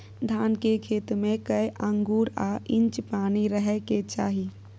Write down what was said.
धान के खेत में कैए आंगुर आ इंच पानी रहै के चाही?